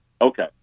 Okay